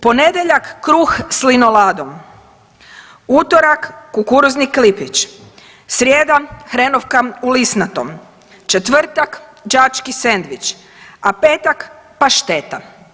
Ponedjeljak kruh s linoladom, utorak kukuruzni klipić, srijeda hrenovka u lisnatom, četvrtak đački sendvič, a petak pašteta.